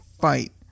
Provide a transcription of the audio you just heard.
fight